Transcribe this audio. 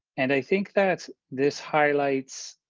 and i think that's this highlights